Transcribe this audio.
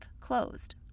closed